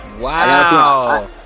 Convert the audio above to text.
Wow